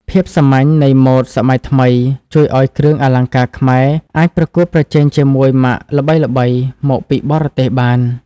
ភាពសាមញ្ញនៃម៉ូដសម័យថ្មី ជួយឱ្យគ្រឿងអលង្ការខ្មែរអាចប្រកួតប្រជែងជាមួយម៉ាកល្បីៗមកពីបរទេសបាន។